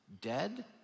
dead